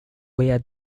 where